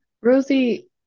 Rosie